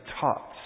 taught